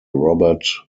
robert